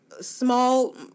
small